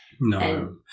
No